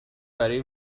برای